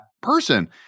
person